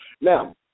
Now